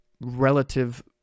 relative